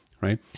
right